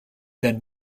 then